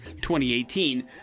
2018